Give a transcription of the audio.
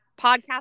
Podcast